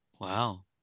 Wow